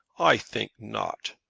i think not.